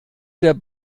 der